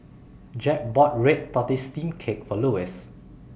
Jeb bought Red Tortoise Steamed Cake For Lewis